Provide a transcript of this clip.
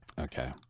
Okay